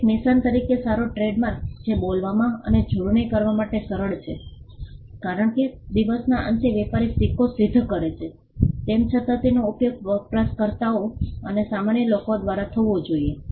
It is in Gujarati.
એક નિશાન તરીકે સારો ટ્રેડમાર્ક જે બોલવામાં અને જોડણી કરવા માટે સરળ છે કારણ કે દિવસના અંતે વેપારી સિક્કો સિધ્ધ કરે છે તેમ છતાં તેનો ઉપયોગ વપરાશકર્તાઓ અથવા સામાન્ય લોકો દ્વારા થવો જોઈએ